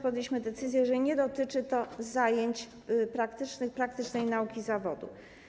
Podjęliśmy decyzję, że nie dotyczy to zajęć praktycznych, praktycznej nauki zawodu.